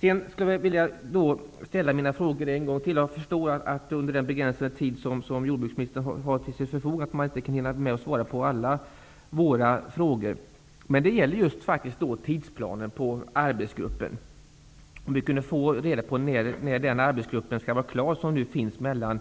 Jag vill ställa mina frågor en gång till, även om jag förstår att jordbruksministern, under den begränsade tid som han har till sitt förfogande, inte hinner svara på alla våra frågor. Det gäller just tidsplanen för arbetsgruppen under Utbildningsdepartementet. Kan vi få reda på när den skall vara klar med sitt arbete?